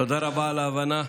תודה רבה על ההבנה,